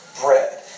bread